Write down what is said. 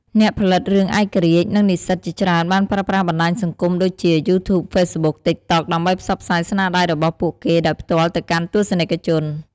អ្នកផលិតរឿងឯករាជ្យ និងនិស្សិតជាច្រើនបានប្រើប្រាស់បណ្ដាញសង្គមដូចជា យូធួប ហ្វេសប៊ុក តិកតុក ដើម្បីផ្សព្វផ្សាយស្នាដៃរបស់ពួកគេដោយផ្ទាល់ទៅកាន់ទស្សនិកជន។